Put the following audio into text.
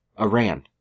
iran